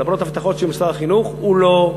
למרות הבטחות של משרד החינוך הוא לא,